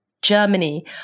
Germany